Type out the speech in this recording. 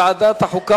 לוועדת החוקה,